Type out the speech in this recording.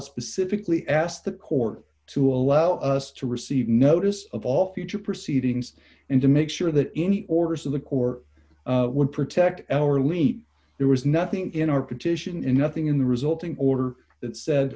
specifically asked the court to allow us to receive notice of all future proceedings and to make sure that any orders of the corps would protect our leet there was nothing in our petition in nothing in the resulting order that said